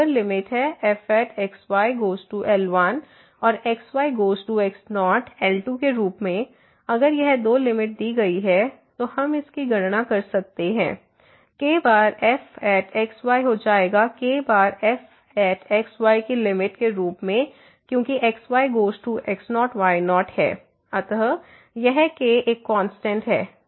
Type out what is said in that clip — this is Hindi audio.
तो अगर लिमिट है fx y goes to L1 और x y goes to x0 L2के रूप में अगर यह दो लिमिट दी गई है तो हम इसकी गणना कर सकते हैं k बार fx y हो जाएगा k बार fx y की लिमिट के रूप में क्योंकि x y goes to x0 y0है अत यह k एक कांस्टेंट है